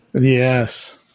Yes